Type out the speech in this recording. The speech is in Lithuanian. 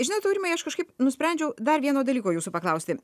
žinot aurimai aš kažkaip nusprendžiau dar vieno dalyko jūsų paklausti